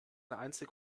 einzig